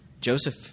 Joseph